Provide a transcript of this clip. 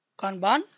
Kanban